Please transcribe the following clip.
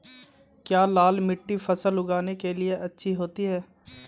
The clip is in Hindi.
क्या लाल मिट्टी फसल उगाने के लिए अच्छी होती है?